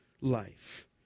life